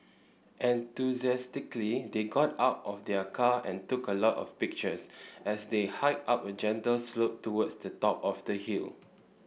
enthusiastically they got out of their car and took a lot of pictures as they hiked up a gentle slope towards the top of the hill